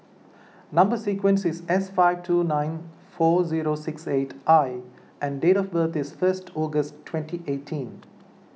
Number Sequence is S five two nine four zero six eight I and date of birth is first August twenty eighteen